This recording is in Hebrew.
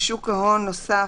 בשוק ההון מוסף: